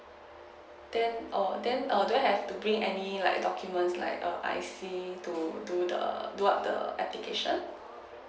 then oo then err do I have to bring any like document like err I_C to do the what the application